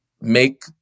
make